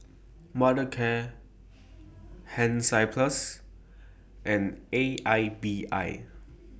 Mothercare Hansaplast and A I B I